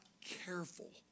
careful